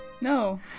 No